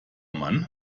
mann